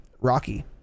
Rocky